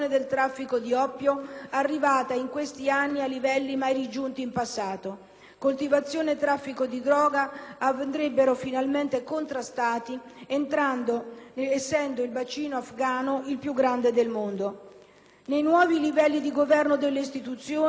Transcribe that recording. Coltivazione e traffico di droga andrebbero finalmente contrastati, essendo il bacino afgano il più grande del mondo. Nei nuovi livelli di governo delle istituzioni appare resistere inoltre, a giudizio degli esperti, la cultura dell'impunità: